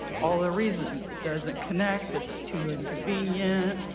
all of the reasons. it doesn't connect. it's too inconvenient.